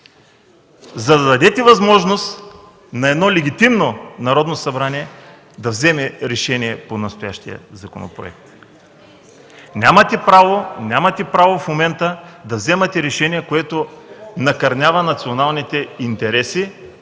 за да дадете възможност на едно легитимно Народно събрание да вземе решение по настоящия законопроект. Нямате право в момента да вземате решение, което накърнява националните интереси